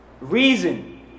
reason